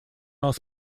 also